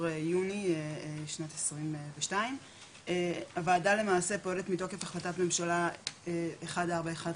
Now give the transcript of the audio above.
יוני שנת 22. הוועדה למעשה פועלת מתוקף החלטת ממשלה 1415,